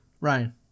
Ryan